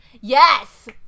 Yes